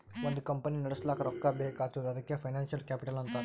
ಒಂದ್ ಕಂಪನಿ ನಡುಸ್ಲಾಕ್ ರೊಕ್ಕಾ ಬೇಕ್ ಆತ್ತುದ್ ಅದಕೆ ಫೈನಾನ್ಸಿಯಲ್ ಕ್ಯಾಪಿಟಲ್ ಅಂತಾರ್